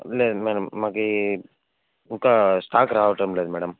లేదు లేదు మాకి ఇంకా స్టాక్ రావటం లేదు మేడం